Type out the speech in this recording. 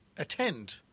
Attend